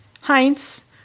Heinz